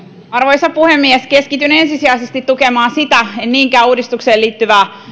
arvoisa puhemies keskityn ensisijaisesti tukemaan sitä en niinkään uudistukseen liittyvää